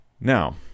Now